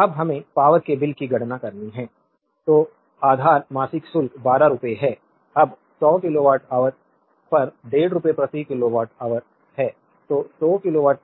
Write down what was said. अब हमें पावरके बिल की गणना करनी है तो आधार मासिक शुल्क 12 रुपये है अब 100 किलोवाट ऑवर पर 15 रुपये प्रति किलोवाट ऑवर है तो 100 किलोवाट